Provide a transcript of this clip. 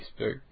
Facebook